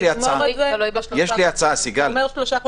תגמור את זה בשלושה חודשים.